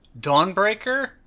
Dawnbreaker